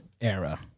era